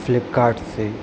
फ्लिपकार्ट से